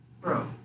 bro